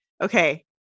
okay